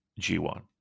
G1